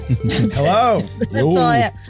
Hello